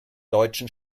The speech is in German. deutschen